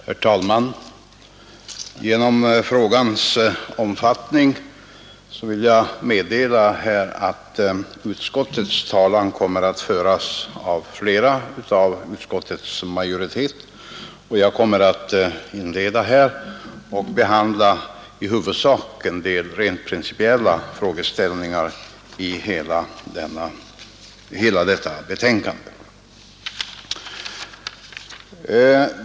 Herr talman! På grund av denna frågas omfattning kommer utskottets talan att föras av flera företrädare för utskottets majoritet. Jag inleder med att behandla i huvudsak en del rent principiella frågeställningar i hela detta betänkande.